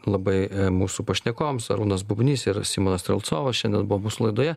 labai mūsų pašnekovams arūnas bubnys ir simonas strelcovas šiandien buvo mūsų laidoje